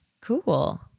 Cool